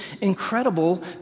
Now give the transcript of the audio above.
incredible